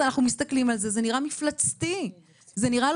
אנחנו מסתכלים על זה, זה נראה מפלצתי.